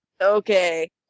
Okay